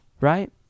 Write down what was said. right